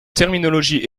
terminologie